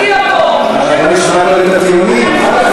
אבל בוא נשמע קודם את הטיעונים, אחר כך נתווכח.